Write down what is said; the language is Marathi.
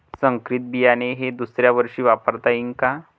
संकरीत बियाणे हे दुसऱ्यावर्षी वापरता येईन का?